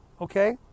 okay